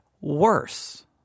worse